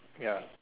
ya